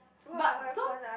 but so